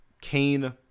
Cain